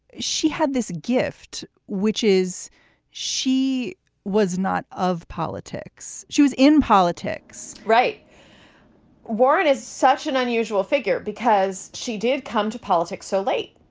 she had this gift, which is she was not of politics. she was in politics. right warren is such an unusual figure because she did come to politics so late.